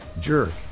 Jerk